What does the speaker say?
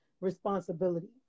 responsibility